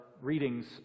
readings